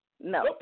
No